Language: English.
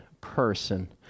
person